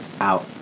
out